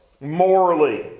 morally